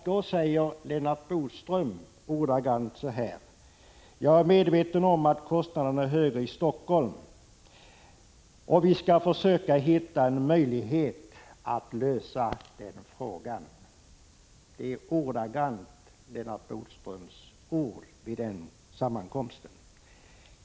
Då sade Lennart Bodström: ”Jag är medveten om att kostnaderna är högre i Helsingfors — men vi skall försöka hitta en möjlighet att lösa den frågan.” Detta är ordagrant Lennart Bodströms ord vid denna sammankomst!